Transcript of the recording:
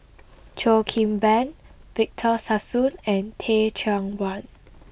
Cheo Kim Ban Victor Sassoon and Teh Cheang Wan